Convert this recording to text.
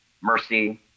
Mercy